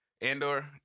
Andor